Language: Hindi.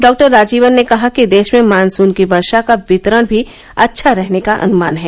डॉक्टर राजीवन ने कहा कि देश में मॉनसून की वर्षा का वितरण भी अच्छा रहने का अनुमान है